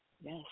Yes